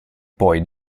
poi